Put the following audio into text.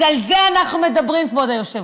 אז על זה אנחנו מדברים, כבוד היושב-ראש.